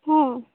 ହଁ